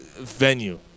Venue